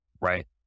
right